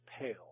pale